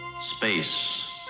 Space